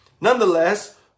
Nonetheless